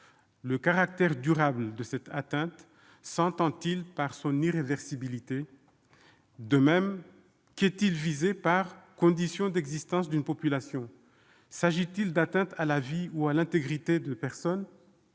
le caractère durable de cette atteinte s'entend-il par son irréversibilité ? De même, que vise-t-on par l'expression « conditions d'existence d'une population »? S'agit-il de l'atteinte à la vie ou à l'intégrité de personnes,